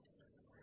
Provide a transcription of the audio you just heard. jack